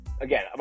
again